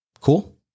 Cool